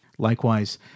Likewise